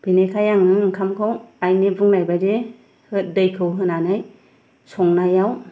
बिनिखाय आङो ओंखामखौ आइनि बुंनाय बायदियै दैखौ होनानै संनायाव